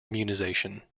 immunization